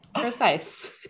precise